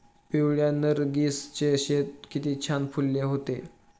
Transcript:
पिवळ्या नर्गिसचे शेत किती छान फुलले होते